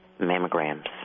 mammograms